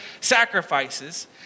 sacrifices